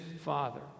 Father